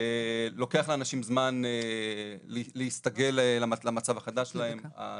לוקח לאנשים זמן להסתגל למצב החדש שלהם.